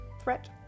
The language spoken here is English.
threat